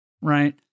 Right